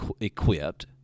equipped